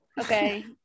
okay